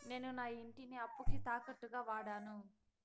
నేను నా ఇంటిని అప్పుకి తాకట్టుగా వాడాను